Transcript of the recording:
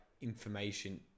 information